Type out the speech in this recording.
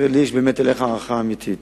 יש לי אליך באמת הערכה אמיתית